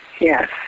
Yes